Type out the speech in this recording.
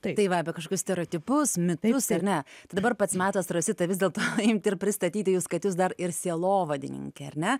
tai va apie kažkokius stereotipus mitus ar ne dabar pats metas rosita vis dėlto imti ir pristatyti jus kad jūs dar ir sielovadininkė ar ne